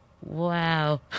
Wow